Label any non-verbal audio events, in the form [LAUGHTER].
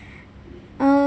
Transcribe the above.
[BREATH] uh